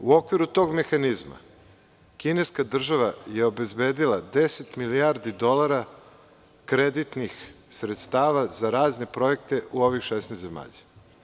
U okviru tog mehanizma kineska država je obezbedila 10 milijardi dolara kreditnih sredstava za razne projekte u ovih 16 zemalja.